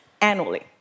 annually